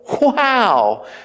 wow